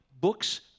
books